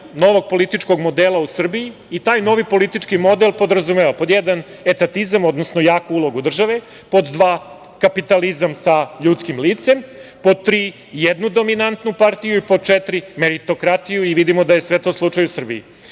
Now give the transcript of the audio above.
novog političkog modela u Srbiji. Taj novi politički model podrazumeva, pod 1 – etatizam, odnosno jaku ulogu države, pod 2 – kapitalizam sa ljudskim licem, pod 3 – jednu dominantnu partiju i pod 4 – meritorkratiju, i vidimo da je sve to slučaj u Srbiji. Srpska